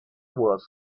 was